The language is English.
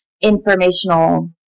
informational